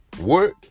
Work